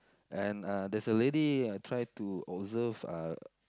and uh there's a lady try to observe uh